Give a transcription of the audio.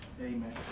Amen